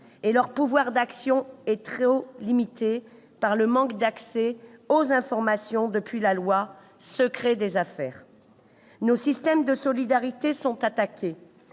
dont le pouvoir d'action est trop limité par le manque d'accès aux informations depuis la loi sur le secret des affaires. Nos systèmes de solidarité sont également